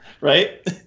Right